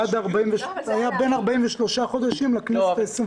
זה לא יותר מהכנסת.